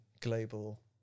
global